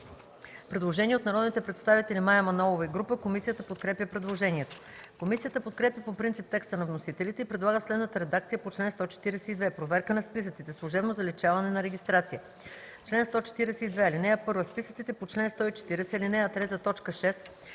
предложение от народните представители Мая Манолова и група. Комисията подкрепя предложението. Комисията подкрепя по принцип текста на вносителите и предлага следната редакция на чл. 142: „Проверка на списъците. Служебно заличаване на регистрация Чл. 142. (1) Списъците по чл. 140, ал.